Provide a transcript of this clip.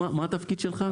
--- סליחה, מה התפקיד שלך?